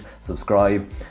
subscribe